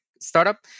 startup